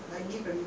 uh